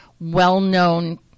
well-known